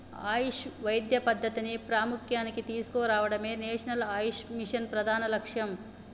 ఆయుష్ వైద్య పద్ధతిని ప్రాముఖ్య్యానికి తీసుకురావడమే నేషనల్ ఆయుష్ మిషన్ ప్రధాన లక్ష్యం